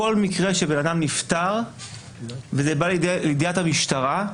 בכל מקרה שבן אדם נפטר וזה בא לידיעת המשטרה,